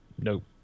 nope